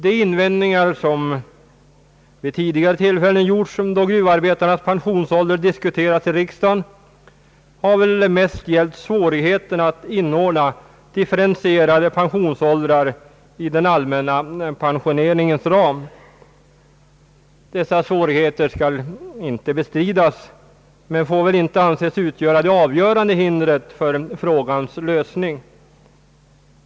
De invändningar som vid tidigare tillfällen gjorts då gruvarbetarnas pensionsålder diskuterats i riksdagen har mest gällt svårigheterna att inordna differentierade pensionsåldrar inom den allmänna pensioneringens ram. Dessa svårigheter skall inte bestridas men får väl inte anses utgöra det avgörande hindret för frågans lösning.